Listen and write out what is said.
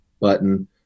button